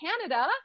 Canada